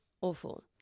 Awful